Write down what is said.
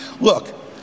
Look